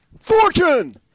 Fortune